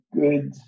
good